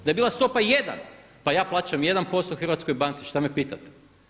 Da je bila stopa 1, pa ja plaćam 1% hrvatskoj banci, šta me pitate.